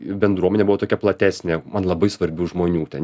bendruomenė buvo tokia platesnė man labai svarbių žmonių ten